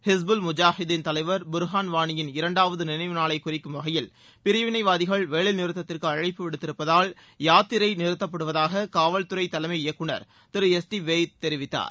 ஹிஸ்புல் முஜாஹுதீன் தலைவர் புர்ஹான் வானி யின் இரண்டாவது நினைவு நாளை குறிக்கும் வகையில் பிரிவினைவாதிகள் வேலை நிறுத்தத்திற்கு அழைப்பு விடுத்து இருப்பதால் யாத்திரை நிறுத்தப்படுவதாக காவல்துறை தலைமை இயக்குநர் திரு எஸ் டி வேய்த் தெரிவித்தார்